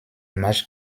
marches